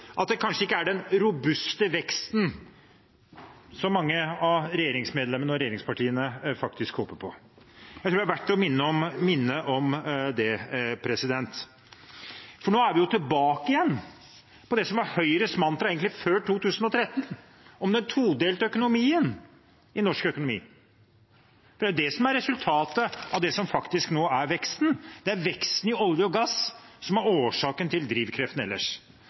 at det kanskje ikke er den robuste veksten som mange av regjeringsmedlemmene og regjeringspartiene håper på. Jeg tror det er verdt å minne om det. For nå er vi jo tilbake igjen til det som var Høyres mantra før 2013: den todelte økonomien i norsk økonomi. Det er jo det som er resultatet av det som nå faktisk er veksten, det er veksten i olje og gass som er årsaken til drivkreftene ellers.